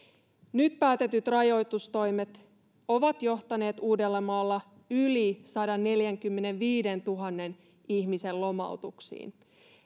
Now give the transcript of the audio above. nyt päätetyt rajoitustoimet ovat johtaneet uudellamaalla yli sadanneljänkymmenenviidentuhannen ihmisen lomautuksiin